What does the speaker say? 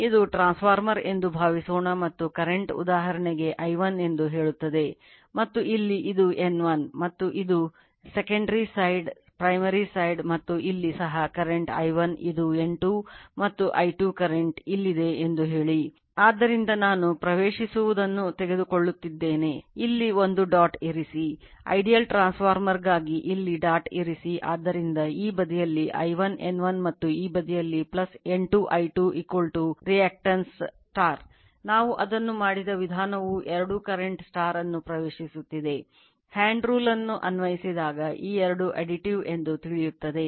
ಇದು ಟ್ರಾನ್ಸ್ಫಾರ್ಮರ್ ಎಂದು ಭಾವಿಸೋಣ ಮತ್ತು current ವೆಂದು ತಿಳಿಯುತ್ತದೆ